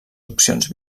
opcions